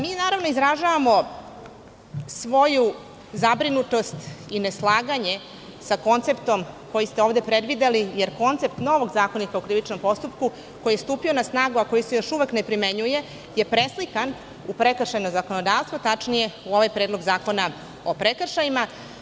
Mi izražavamo svoju zabrinutost i neslaganje sa konceptom koji ste ovde predvideli, jer koncept novog Zakonika o krivičnom postupku, koji je stupio na snagu, a koji se još uvek ne primenjuje, je preslikan u prekršajno zakonodavstvo, tačnije u ovaj predlog zakona o prekršajima.